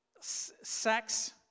sex